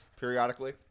periodically